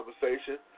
conversation